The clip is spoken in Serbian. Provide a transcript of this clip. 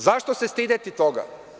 Zašto se stideti toga?